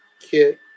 Kit